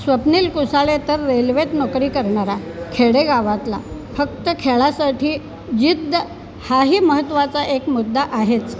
स्वप्नील कुसाले तर रेल्वेत नोकरी करणारा खेडेगावातला फक्त खेळासाठी जिद्द हाही महत्वाचा एक मुद्दा आहेच